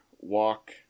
walk